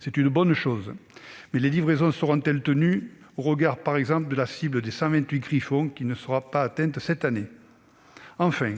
C'est une bonne chose, mais les livraisons seront-elles tenues, par exemple au regard de la cible de 128 blindés Griffon qui ne sera pas atteinte cette année ? Enfin,